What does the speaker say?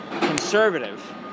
...conservative